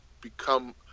become